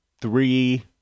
three